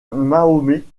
mahomet